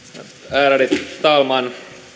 ärade talman eilen